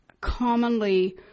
commonly